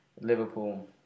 Liverpool